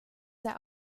der